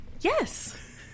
Yes